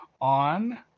on